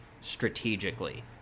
strategically